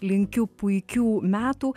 linkiu puikių metų